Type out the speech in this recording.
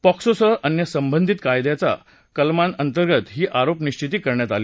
पॉक्सोसह अन्य संबंधित कायद्यांच्या कलमा अंतर्गत ही आरोप निश्विती करण्यात आली